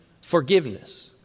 Forgiveness